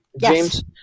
James